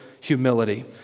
humility